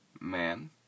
man